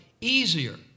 easier